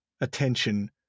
attention